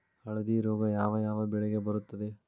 ಹಳದಿ ರೋಗ ಯಾವ ಯಾವ ಬೆಳೆಗೆ ಬರುತ್ತದೆ?